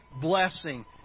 blessing